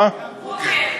"גוגל",